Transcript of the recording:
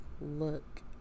look